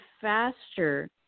faster